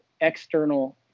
external